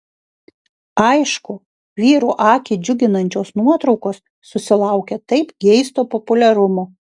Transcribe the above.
aišku vyrų akį džiuginančios nuotraukos susilaukia taip geisto populiarumo